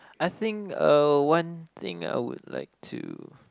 I think uh one thing I would like to